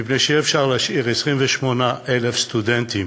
מפני שאי-אפשר להשאיר 28,000 סטודנטים